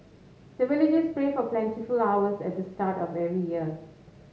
the villagers pray for plentiful harvest at the start of every year